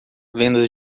vendas